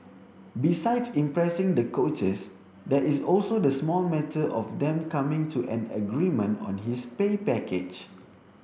besides impressing the coaches there is also the small matter of them coming to an agreement on his pay package